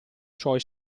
suoi